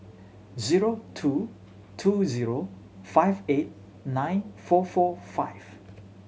zero two two zero five eight nine four four five